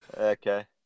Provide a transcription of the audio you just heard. okay